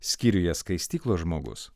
skyriuje skaistyklos žmogus